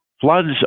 floods